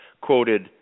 quoted